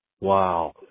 Wow